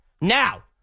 Now